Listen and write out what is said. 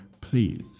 please